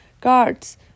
Guards